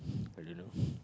I don't know